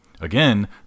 Again